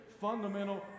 fundamental